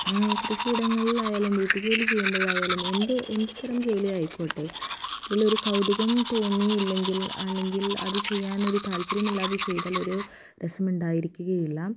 കൃഷിയിടങ്ങളിലായാലും വീട്ടു ജോലി ചെയ്യുമ്പോഴായാലും എന്ത് എന്തു തരം ജോലി ആയിക്കോട്ടെ അതിൽ ഒരു കൗതുകം തോന്നിയില്ലെങ്കിൽ അല്ലെങ്കിൽ അത് ചെയ്യാൻ ഒരു താല്പര്യം ഇല്ലാതെ ചെയ്താൽ ഒരു രസം ഉണ്ടായിരിക്കുകയില്ല